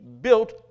built